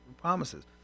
promises